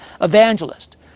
evangelist